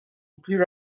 clear